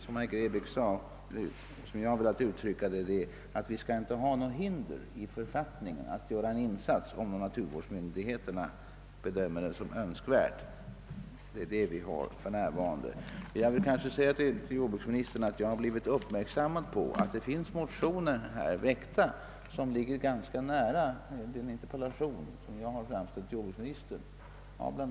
Men författningen får inte, som den nu gör, resa absoluta hinder för en insats som naturvårdsmyndigheterna bedömer som önskvärd. Jag har gjorts uppmärksam på att bland andra herr Grebäck och herr Tobé väckt motioner som ligger ganska nära den interpellation som jag har framställt till jordbruksministern.